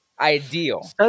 Ideal